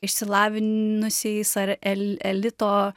išsilavinusiais ar el elito